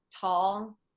tall